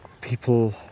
People